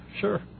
sure